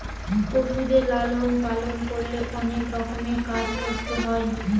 পশুদের লালন পালন করলে অনেক রকমের কাজ করতে হয়